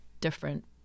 different